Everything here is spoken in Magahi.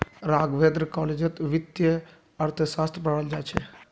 राघवेंद्र कॉलेजत वित्तीय अर्थशास्त्र पढ़ाल जा छ